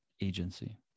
agency